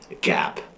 gap